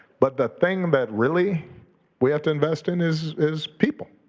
but the thing that really we have to invest in is is people.